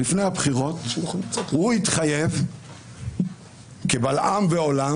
לפני הבחירות הוא התחייב קבל עם ועולם